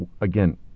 Again